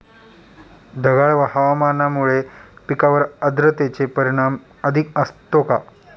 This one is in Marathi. ढगाळ हवामानामुळे पिकांवर आर्द्रतेचे परिणाम अधिक असतो का?